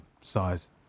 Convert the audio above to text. size